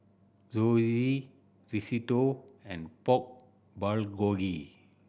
Zosui Risotto and Pork Bulgogi